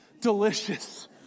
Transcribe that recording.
delicious